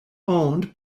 owned